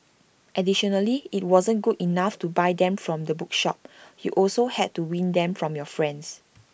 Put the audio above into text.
additionally IT wasn't good enough to buy them from the bookshop you also had to win them from your friends